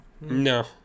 no